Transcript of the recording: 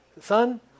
son